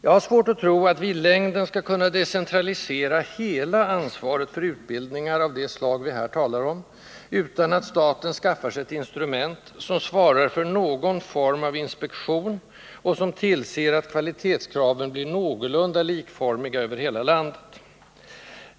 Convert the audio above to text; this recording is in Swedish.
Jag har svårt att tro att vi i längden skall kunna decentralisera hela ansvaret för utbildningar av det slag vi här talar om utan att staten skaffar sig ett instrument som svarar för någon form av inspektion och som tillser att kvalitetskraven blir någorlunda likformiga över hela landet.